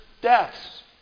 deaths